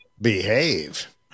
behave